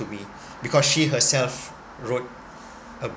to me because she herself rode a